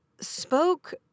spoke